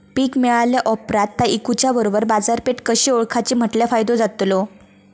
पीक मिळाल्या ऑप्रात ता इकुच्या बरोबर बाजारपेठ कशी ओळखाची म्हटल्या फायदो जातलो?